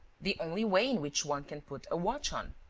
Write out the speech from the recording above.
the only way in which one can put a watch on,